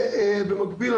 ובמקביל,